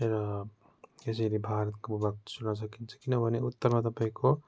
र त्यसरी भारतको भूभाग छुन सकिन्छ किनभने उत्तरमा तपाईँको